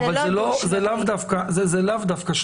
אבל זה לאו דווקא שלבים.